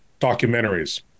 documentaries